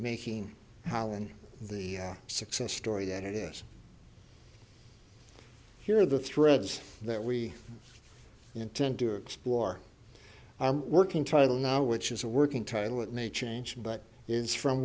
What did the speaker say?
making holland the success story that it is here the threads that we intend to explore i'm working title now which is a working title that may change but is from